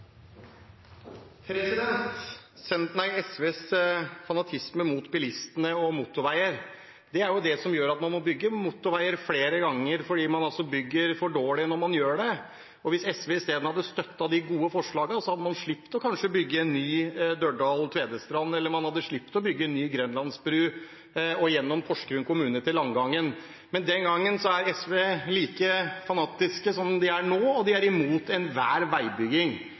SVs fanatisme mot bilistene og motorveier er det som gjør at man må bygge motorveier flere ganger, fordi man bygger for dårlig når man gjør det. Hvis SV isteden hadde støttet de gode forslagene, hadde man kanskje sluppet å bygge en ny Dørdal–Tvedestrand, eller man hadde sluppet en ny Grenlandsbru gjennom Porsgrunn kommune til Langangen. Men den gangen var SV like fanatiske som de er nå, og de er imot enhver veibygging.